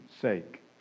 sake